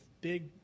big